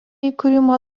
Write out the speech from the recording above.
įkūrimo